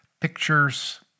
pictures